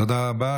תודה רבה.